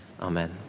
Amen